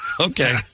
Okay